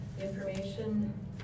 information